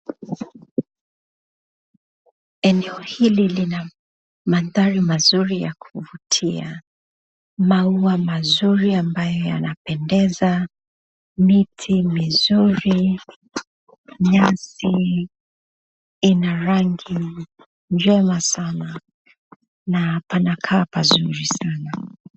Eneo hili lina mandhari mazuri ya kuvutia; maua mazuri ambayo yanapendeza, miti mizuri, nyasi ina rangi njema sana na panakaa pazuri sana.